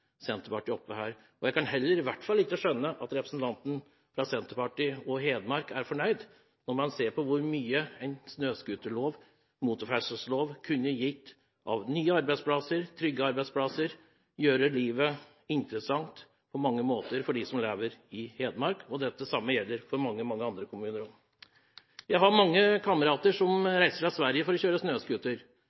Senterpartiet på talerstolen. Og jeg kan i hvert fall ikke skjønne at representanten fra Senterpartiet i Hedmark er fornøyd, når man ser på hvordan en snøscooterlov eller motorferdsellov kunne gitt nye, trygge arbeidsplasser og gjort livet interessant på mange måter for dem som lever i Hedmark. Det samme gjelder for mange, mange andre kommuner også. Jeg har mange kamerater som reiser til Sverige for å kjøre snøscooter.